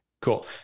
cool